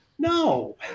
No